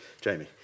Jamie